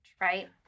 right